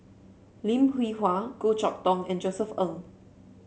Lim Hwee Hua Goh Chok Tong and Josef Ng